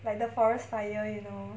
like the forest fire you know